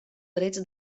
drets